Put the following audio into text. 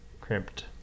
Crimped